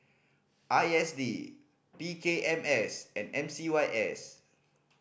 I S D P K M S and M C Y S